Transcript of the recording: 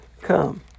come